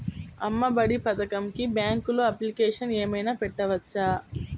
అమ్మ ఒడి పథకంకి బ్యాంకులో అప్లికేషన్ ఏమైనా పెట్టుకోవచ్చా?